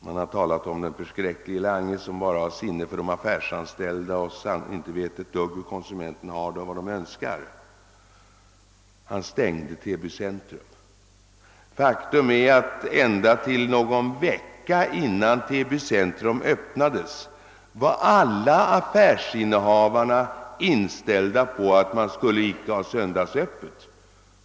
Man har talat om den förskräcklige Lange som bara har sinne för de affärsanställda, som inte vet ett dugg om hur konsumenterna har det och vad de önskar och som stängde Täby centrum. Faktum är att ända till någon vecka innan Täby centrum Ööppnades var alla affärsinnehavarna inställda på att de icke skulle ha söndagsöppet.